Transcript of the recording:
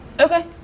okay